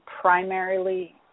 primarily